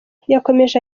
yakomeje